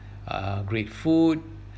uh great food